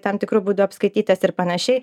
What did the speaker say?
tam tikru būdu apskaitytas ir panašiai